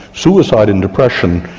suicide and depression,